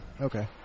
Okay